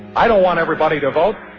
i don't want everybody to vote.